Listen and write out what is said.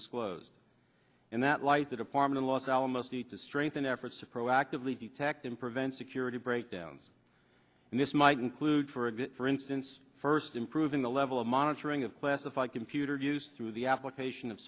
disclosed in that light the department los alamos need to strengthen efforts to proactively detect and prevent security breakdowns and this might include for a bit for instance first improving the level of monitoring of classified computer use through the application of